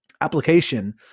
application